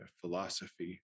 philosophy